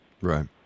Right